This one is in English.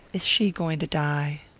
is she going to die?